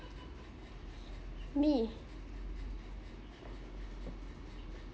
me